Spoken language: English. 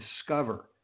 discover